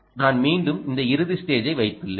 நான் மீண்டும் இந்த இறுதி ஸ்டேஜை வைத்துள்ளேன்